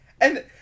And-